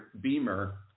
Beamer